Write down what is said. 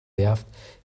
werft